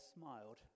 smiled